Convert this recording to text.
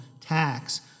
tax